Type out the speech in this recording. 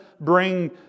bring